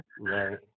Right